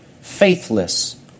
faithless